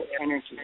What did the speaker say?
energy